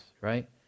right